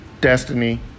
destiny